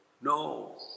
No